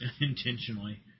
intentionally